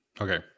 okay